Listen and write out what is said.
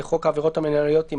לחוק העבירות המינהליות" יימחקו,